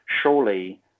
surely